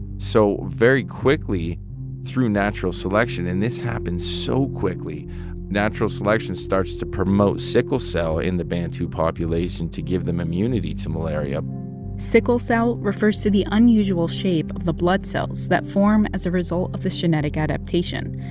so very quickly through natural selection and this happens so quickly natural selection starts to promote sickle cell in the bantu population to give them immunity to malaria sickle cell refers to the unusual shape of the blood cells that form as a result of this genetic adaptation.